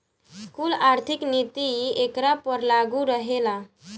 कुल आर्थिक नीति एकरा पर लागू रहेला